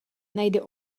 najde